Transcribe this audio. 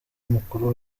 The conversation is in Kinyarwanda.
umukuru